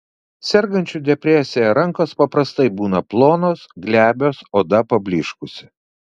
sergančiųjų depresija rankos paprastai būna plonos glebios oda pablyškusi